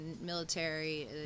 military